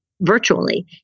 virtually